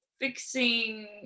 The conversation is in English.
Fixing